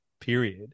period